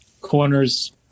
corners